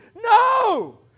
No